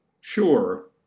Sure